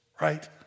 right